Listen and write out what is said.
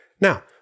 now